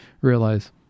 realize